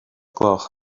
gloch